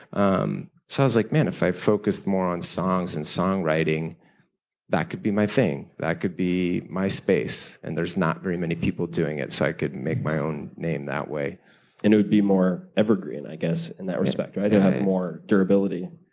um so i was like, man, if i focused more on songs and songwriting that could be my thing. that could be my space, and there's not very many people doing it, so i could make my own name that way. and it would be more evergreen i guess in that respect, right, and have yeah more durability.